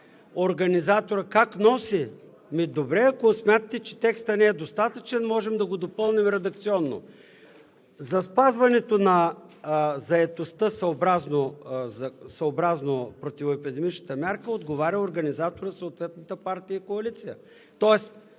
отдясно.) Как носи? Ами, добре – ако смятате, че текстът не е достатъчен, можем да го допълним редакционно. За спазването на заетостта съобразно противоепидемичната мярка отговаря организаторът на съответната партия и коалиция, тоест